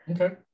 Okay